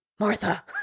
Martha